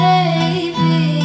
Baby